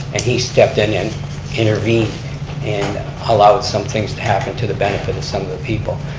and he stepped in and intervened and allowed some things to happen to the benefit of some of the people.